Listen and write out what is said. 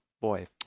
boy